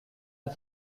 and